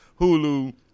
Hulu